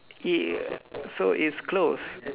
ya so it's closed